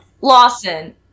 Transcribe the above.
Lawson